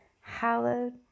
hallowed